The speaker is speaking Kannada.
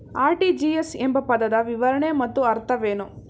ಆರ್.ಟಿ.ಜಿ.ಎಸ್ ಎಂಬ ಪದದ ವಿವರಣೆ ಮತ್ತು ಅರ್ಥವೇನು?